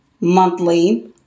monthly